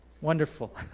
wonderful